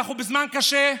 אנחנו בזמן קשה,